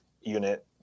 unit